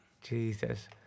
Jesus